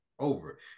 over